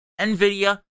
NVIDIA